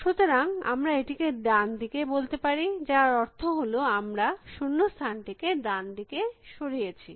সুতরাং আমরা এটিকে ডান দিক বলতে পারি যার অর্থ হল আমরা শূন্য স্থানটিকে ডান দিকে সরিয়েছি